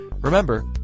remember